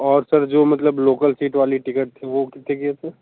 और सर जो मतलब लोकल सीट वाली टिकट थी वो कितने की है सर